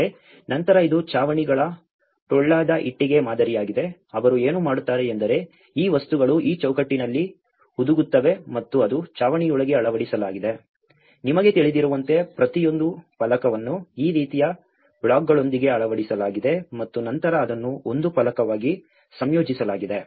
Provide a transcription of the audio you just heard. ಆದರೆ ನಂತರ ಇದು ಛಾವಣಿಗಳ ಟೊಳ್ಳಾದ ಇಟ್ಟಿಗೆ ಮಾದರಿಯಾಗಿದೆ ಅವರು ಏನು ಮಾಡುತ್ತಾರೆ ಎಂದರೆ ಈ ವಸ್ತುಗಳು ಈ ಚೌಕಟ್ಟಿನಲ್ಲಿ ಹುದುಗುತ್ತವೆ ಮತ್ತು ಅದು ಛಾವಣಿಯೊಳಗೆ ಅಳವಡಿಸಲಾಗಿದೆ ನಿಮಗೆ ತಿಳಿದಿರುವಂತೆ ಪ್ರತಿಯೊಂದು ಫಲಕವನ್ನು ಈ ರೀತಿಯ ಬ್ಲಾಕ್ಗಳೊಂದಿಗೆ ಅಳವಡಿಸಲಾಗಿದೆ ಮತ್ತು ನಂತರ ಅದನ್ನು ಒಂದು ಫಲಕವಾಗಿ ಸಂಯೋಜಿಸಲಾಗಿದೆ